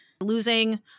Losing